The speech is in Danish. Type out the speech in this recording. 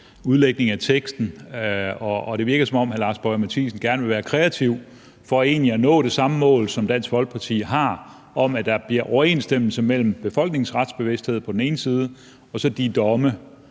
udlægning af teksten. Og det virker, som om hr. Lars Boje Mathiesen gerne vil være kreativ for egentlig at nå det samme mål, som Dansk Folkeparti har: at der bliver overensstemmelse mellem befolkningens retsbevidsthed på den ene side og så på den